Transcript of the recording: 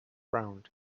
round